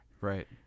Right